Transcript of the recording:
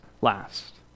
last